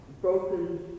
broken